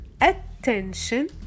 attention